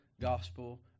gospel